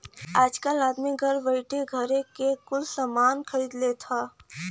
आजकल आदमी घर बइठे घरे क कुल सामान खरीद लेत हौ